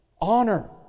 Honor